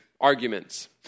arguments